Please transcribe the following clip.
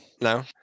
No